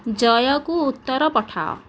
ଜୟକୁ ଉତ୍ତର ପଠାଅ